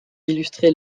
illustré